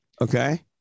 Okay